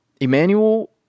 Emmanuel